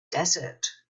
desert